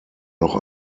noch